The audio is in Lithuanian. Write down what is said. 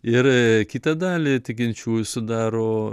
ir kitą dalį tikinčiųjų sudaro